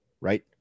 right